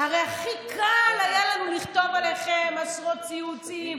הרי הכי קל היה לנו לכתוב עליכם עשרות ציוצים,